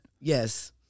Yes